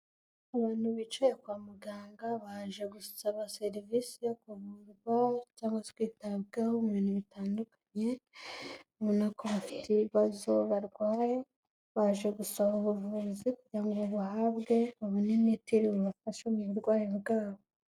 Abantu bicaye kwa muganga baje gusaba serivisi yo kuvurwa cyangwa se kwitabwaho mu bintu bitandukanye, ubona ko bafite ibibazo barwaye, baje gusaba ubuvuzi kugira ngo babuhabwe babone imiti iri bubafashe mu burwayi bwabo.